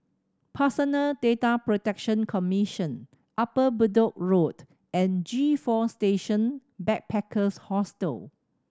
Personal Data Protection Commission Upper Bedok Road and G Four Station Backpackers Hostel